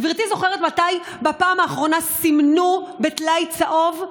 גברתי זוכרת מתי בפעם האחרונה סימנו בטלאי צהוב?